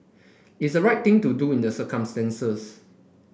is right thing to do in the circumstances